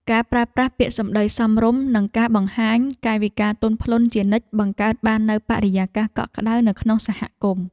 ការប្រើប្រាស់ពាក្យសម្តីសមរម្យនិងការបង្ហាញកាយវិការទន់ភ្លន់ជានិច្ចបង្កើតបាននូវបរិយាកាសកក់ក្តៅនៅក្នុងសហគមន៍។